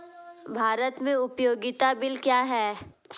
भारत में उपयोगिता बिल क्या हैं?